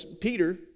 Peter